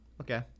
Okay